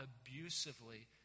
abusively